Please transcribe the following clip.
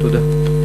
תודה.